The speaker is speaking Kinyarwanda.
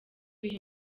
biha